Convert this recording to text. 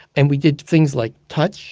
and we did things like touch